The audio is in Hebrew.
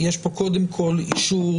יש פה קודם כול אישור